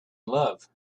love